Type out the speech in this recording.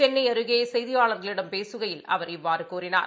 சென்னைஅருகேசெய்தியாளர்களிடம் பேசுகையில் அவர் இவ்வாறுகூறினார்